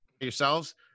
yourselves